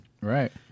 Right